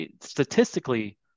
statistically